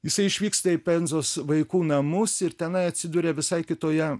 jisai išvyksta į penzos vaikų namus ir tenai atsiduria visai kitoje